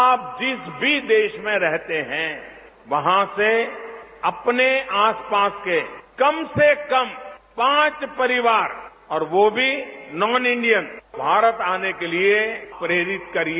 आप जिस भी देश में रहते हैं वहां से अपने आसपास के कम से कम पांच परिवार और वह भी नॉन इंडियन भारत आने के लिए प्रेरित करिए